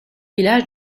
village